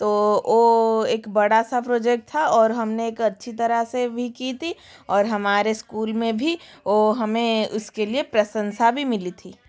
तो वह एक बड़ा सा प्रोजेक्ट था और हमने एक अच्छी तरह से भी की थी और हमारे स्कूल में भी वह हमें इसके लिए प्रशंसा भी मिली थी